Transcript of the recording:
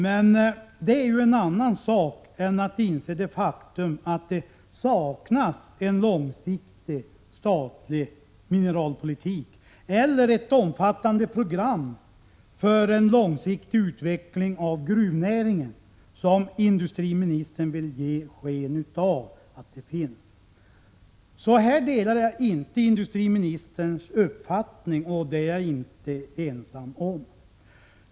Men det är en annan sak än att inse det faktum att det saknas en långsiktig statlig mineralpolitik eller ett omfattande program för en långsiktig utveckling av gruvnäringen, vilket industriministern vill ge sken av. Beträffande detta delar jag inte industriministerns uppfattning, och det är jag inte ensam om.